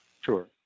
sure